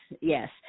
yes